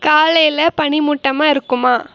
காலையில் பனிமூட்டமாக இருக்குமா